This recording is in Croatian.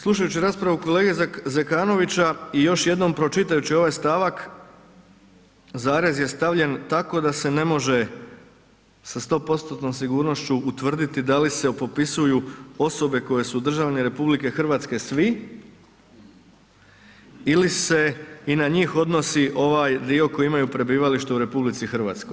Slušajući raspravu kolege Zekanovića i još jednom pročitajući ovaj stavak zarez je stavljen tako da se ne može sa 100%-tnom sigurnošću utvrditi da li se popisuju osobe koje su državljani RH svi ili se i na njih odnosi ovaj dio koji imaju prebivalište u RH.